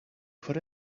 put